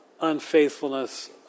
unfaithfulness